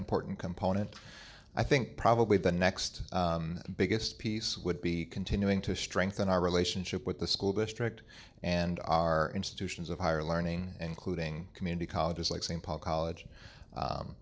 important component i think probably the next biggest piece would be continuing to strengthen our relationship with the school district and our institutions of higher learning including community colleges like st paul college